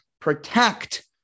protect